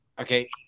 Okay